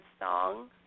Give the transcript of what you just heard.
song